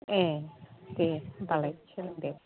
ए दे होनबालाय सोलों दे